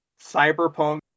cyberpunk